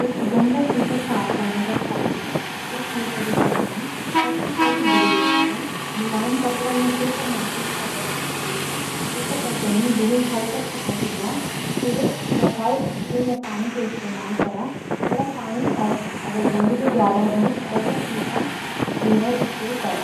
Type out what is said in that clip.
गंदा शीशा साफ़ करणा खातिन कुछ यू तरीका छन: पहले धूल पोछो – मुलायम कपड़ा या सूखा माइक्रोफाइबर कपड़ा लेकै शीशे पर जमा धूल हल्के से पोछ दो। फिर सफाई स्प्रे या पानी कु इस्तमाल करा– थोड़ा पानी अर अगर गंदगी ज्यादा हो, तो हल्का शीशा क्लीनर स्प्रे करा।